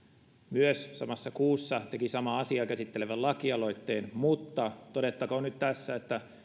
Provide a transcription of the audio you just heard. myös samassa kuussa teki samaa asiaa käsittelevän lakialoitteen mutta todettakoon nyt tässä että